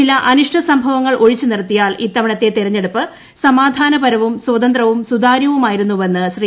ചില അനിഷ്ട സംഭവങ്ങൾ ഒഴിച്ചുനിർത്തിയാൽ ഇത്തവണത്തെ തിരഞ്ഞെടുപ്പ് സമാധാനപരവും സ്വതന്ത്രവും സുതാര്യവുമായിരുന്നുവെന്ന് ശ്രീ